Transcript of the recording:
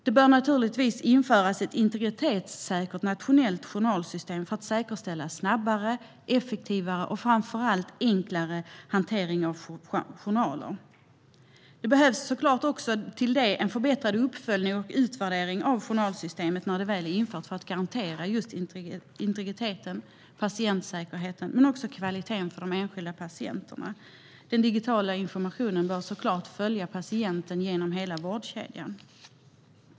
Man bör naturligtvis införa ett integritetssäkert nationellt journalsystem för att säkerställa snabbare, effektivare och framför allt enklare hantering av journaler. Det behövs såklart också förbättrad uppföljning och utvärdering av journalsystemet när det väl är infört för att garantera integriteten, patientsäkerheten och kvaliteten för de enskilda patienterna. Den digitala informationen bör självklart följa patienten genom hela vårdkedjan.